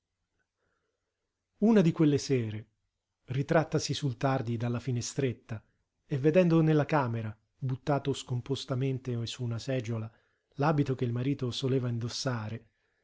una di quelle sere ritrattasi sul tardi dalla finestretta e vedendo nella camera buttato scompostamente su una seggiola l'abito che il marito soleva indossare